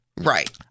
Right